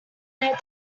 their